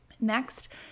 Next